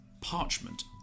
parchment